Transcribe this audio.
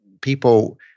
people